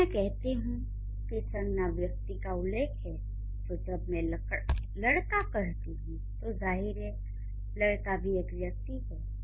जब मैं कहती हूँ कि संज्ञा व्यक्ति का उल्लेख है तो जब मैं लड़का कहती हूँ तो जाहिर है लड़का भी एक व्यक्ति है